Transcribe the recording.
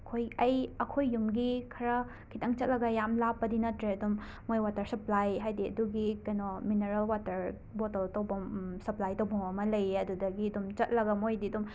ꯈꯣꯏ ꯑꯩ ꯑꯩꯈꯣꯏ ꯌꯨꯝꯒꯤ ꯈꯔ ꯈꯤꯠꯇꯪ ꯆꯠꯂꯒ ꯌꯥꯝ ꯂꯥꯞꯄꯗꯤ ꯅꯠꯇ꯭ꯔꯦ ꯑꯗꯨꯝ ꯃꯣꯏ ꯋꯥꯇꯔ ꯁꯞꯄ꯭ꯂꯥꯏ ꯍꯥꯏꯗꯤ ꯑꯗꯨꯒꯤ ꯀꯩꯅꯣ ꯃꯤꯅꯔꯦꯜ ꯋꯥꯇꯔ ꯕꯣꯇꯜ ꯇꯧꯚꯝ ꯁꯞꯄ꯭ꯂꯥꯏ ꯇꯧꯐꯝ ꯑꯃ ꯂꯩꯌꯦ ꯑꯗꯨꯗꯒꯤ ꯗꯨꯝ ꯆꯠꯂꯒ ꯃꯣꯏꯗꯤ ꯑꯗꯨꯝ